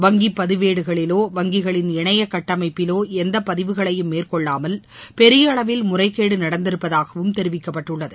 வங்கி பதிவேடுகளிலோ வங்கிகளின் இணைய கட்டமைப்பிலோ எந்த பதிவுகளையும் மேற்கொள்ளாமல் பெரிய அளவில் முறைகேடு நடந்திருப்பதாகவும் தெரிவிக்கப்பட்டுள்ளது